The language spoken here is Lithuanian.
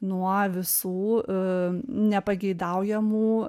nuo visų nepageidaujamų